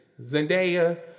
Zendaya